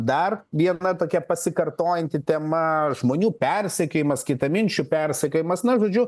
dar viena tokia pasikartojanti tema žmonių persekiojimas kitaminčių persekiojimas na žodžiu